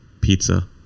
pizza